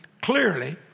clearly